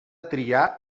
triar